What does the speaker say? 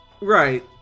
Right